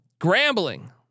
Grambling